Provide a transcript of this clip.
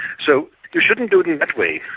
so you shouldn't do it in that way.